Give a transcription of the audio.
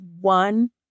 one